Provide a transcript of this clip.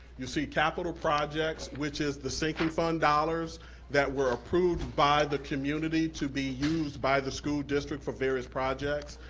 you see capital projects, which is the sinking fund dollars that were approved by the community to be used by the school district for various projects,